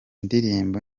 ndirimbo